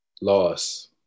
loss